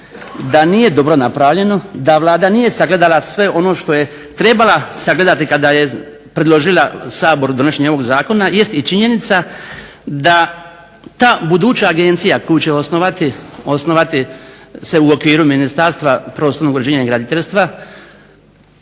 da nije dobro napravljeno, da Vlada nije sagledala sve ono što je trebala sagledati kada je predložila Saboru donošenje ovog zakona jest i činjenica da ta buduća Agencija koja će osnovati se u okviru Ministarstva prostornog uređenja i graditeljstva